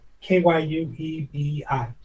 k-y-u-e-b-i